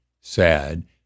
sad